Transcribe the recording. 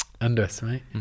Underestimate